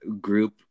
group